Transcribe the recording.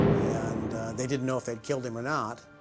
and they didn't know if they killed him or not.